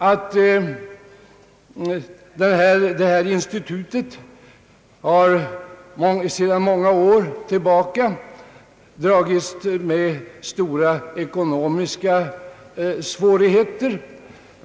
Religionspedagogiska institutet har sedan många år tillbaka dragits med stora ekonomiska svårigheter.